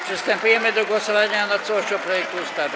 Przystępujemy do głosowania nad całością projektu ustawy.